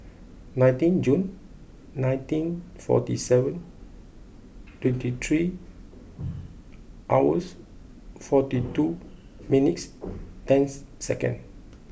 nineteen Jun nineteen forty seven twenty three hours forty two minutes and second